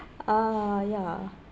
uh ya